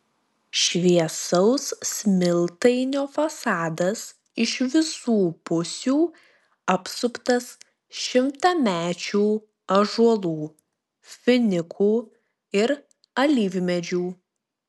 šviesaus smiltainio fasadas iš visų pusių apsuptas šimtamečių ąžuolų finikų ir alyvmedžių